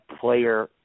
player